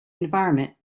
environment